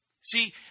See